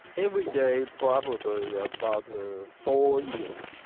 every day probably about four eels.